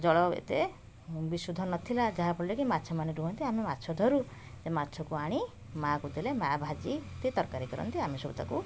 ଜଳ ଏତେ ହୁଁ ବିଶୁଦ୍ଧ ନଥିଲା ଯାହାଫଳରେକି ମାଛମାନେ ରୁହନ୍ତି ଆମେ ମାଛ ଧରୁ ସେ ମାଛକୁ ଆଣି ମା'କୁ ଦେଲେ ମା' ଭାଜି ସେ ତରକାରୀ କରନ୍ତି ଆମେ ସବୁ ତାକୁ